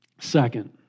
Second